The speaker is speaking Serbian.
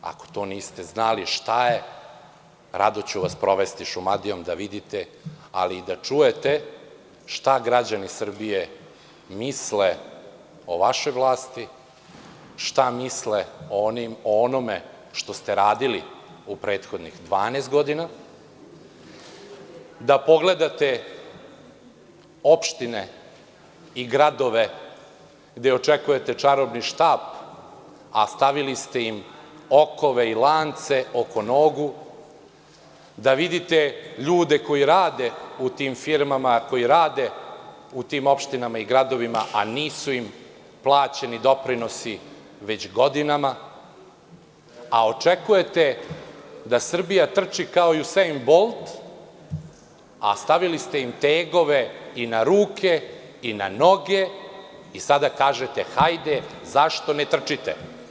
Ako niste znali šta je to, rado ću vas provesti Šumadijom da vidite, ali i da čujete šta građani Srbije misle o vašoj vlasti, šta misle o onome što ste radili u prethodnih 12 godina, da pogledate opštine i gradove gde očekujete čarobni štap, a stavili ste im okove i lance oko nogu, da vidite ljude koji rade u tim firmama, koji rade u tim opštinama i gradovima, a nisu im plaćeni doprinosi već godinama, a očekujete da Srbija trči kao Husein Bolt, a stavili ste im tegove i na ruke i na noge i sada kažete – hajde, zašto ne trčite?